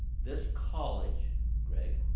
this college greg,